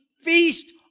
feast